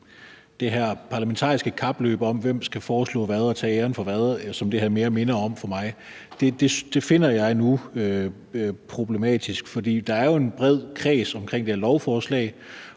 det her parlamentariske kapløb om, hvem der skal foreslå hvad og tage æren for hvad, som det her mere minder om for mig, finder jeg nu problematisk. For der er jo en bred kreds omkring det der lovforslag,